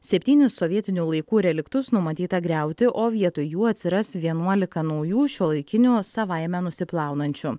septynis sovietinių laikų reliktus numatyta griauti o vietoj jų atsiras vienuolika naujų šiuolaikinių savaime nusiplaunančių